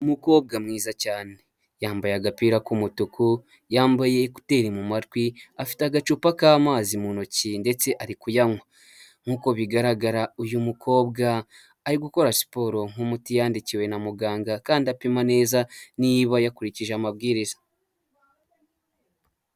Uumukobwa mwiza cyane yambaye agapira k'umutuku yambaye ekuteri mu matwi, afite agacupa k'amazi mu ntoki ndetse ari kuyanywa, nk'uko bigaragara uyu mukobwa ari gukora siporo nk'umuti yandikiwe na muganga kandi apima neza niba yakurikije amabwiriza.